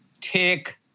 take